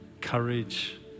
Courage